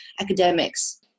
academics